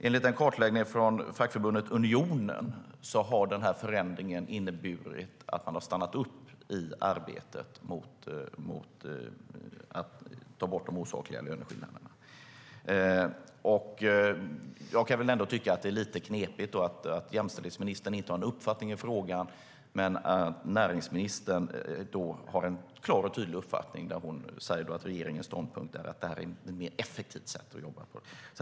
Enligt en kartläggning från fackförbundet Unionen har förändringen inneburit att man har stannat upp i arbetet mot att ta bort de osakliga löneskillnaderna. Jag kan tycka att det är lite knepigt att jämställdhetsministern inte har en uppfattning i frågan men att näringsministern har en klar och tydlig uppfattning, där hon säger att regeringens ståndpunkt är att det är ett mer effektivt sätt att jobba på.